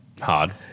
hard